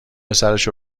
سرشو